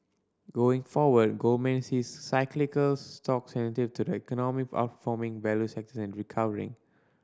going forward Goldman sees cyclical stocks sensitive to the economy outperforming value sectors recovering